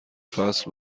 فصل